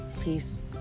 peace